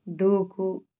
దూకు